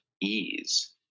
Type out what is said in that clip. ease